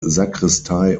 sakristei